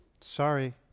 sorry